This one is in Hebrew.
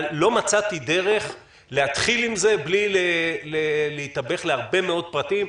לא מצאתי דרך להתחיל עם זה בלי להתאבך להרבה מאוד פרטים,